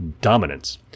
Dominance